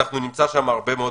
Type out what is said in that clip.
נמצא שם הרבה פתרונות.